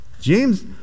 James